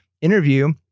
interview